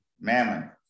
mammon